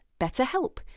BetterHelp